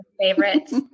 favorites